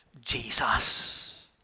Jesus